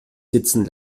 sitzen